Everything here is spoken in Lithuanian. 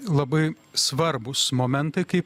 labai svarbūs momentai kaip